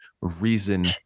reason